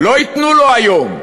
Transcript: לא ייתנו לו היום,